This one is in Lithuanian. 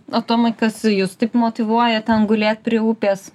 o tomai kas jus taip motyvuoja ten gulėt prie upės